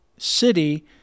City